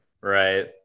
right